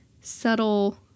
subtle